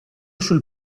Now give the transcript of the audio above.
sul